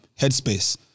headspace